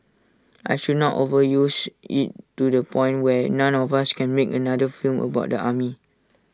I should not overuse IT to the point where none of us can make another film about the army